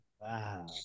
Wow